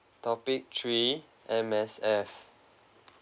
topic three M_S_F